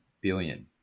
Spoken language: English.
billion